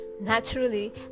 Naturally